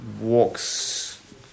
walks